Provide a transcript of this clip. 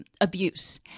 abuse